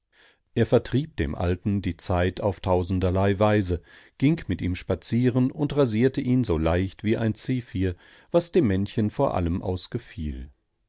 er vertrieb dem alten die zeit auf tausenderlei weise ging mit ihm spazieren und rasierte ihn so leicht wie ein zephir was dem männchen vor allem aus